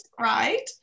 right